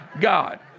God